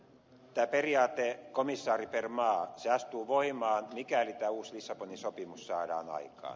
periaate komissaari per maa astuu voimaan mikäli tämä uusi lissabonin sopimus saadaan aikaan